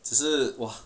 只是 !wah!